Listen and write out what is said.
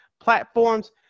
platforms